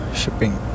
shipping